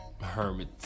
hermit